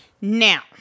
Now